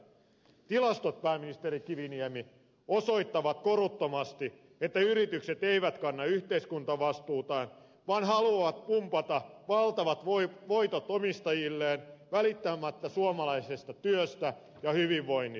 tilastot pääministeri kiviniemi osoittavat koruttomasti että yritykset eivät kanna yhteiskuntavastuutaan vaan haluavat pumpata valtavat voitot omistajilleen välittämättä suomalaisesta työstä ja hyvinvoinnista